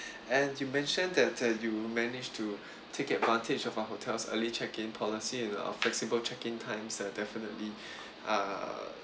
and you mentioned that that you were managed to take advantage of our hotels early check in policy in our flexible check in times uh definitely err